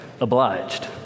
obliged